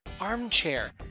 armchair